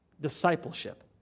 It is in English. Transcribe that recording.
discipleship